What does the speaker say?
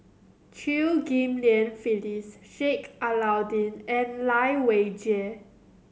Chew Ghim Lian Phyllis Sheik Alau'ddin and Lai Weijie